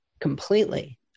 Completely